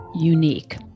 Unique